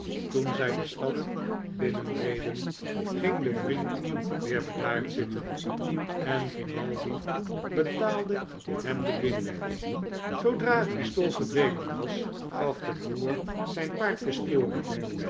toen zij de stad binnenreden ging de vriend weer bedaard zitten en grimaldi betaalde hem de guinje zoodra het pistool verdwenen was gaf de boer zyn paard de sporen